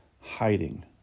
Hiding